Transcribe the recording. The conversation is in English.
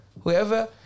Whoever